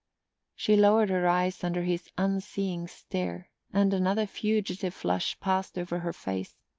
she lowered her eyes under his unseeing stare, and another fugitive flush passed over her face.